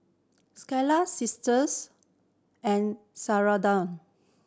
Skylar Sisters and Sharonda